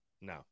No